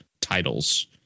titles